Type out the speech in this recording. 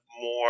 more